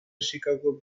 chicago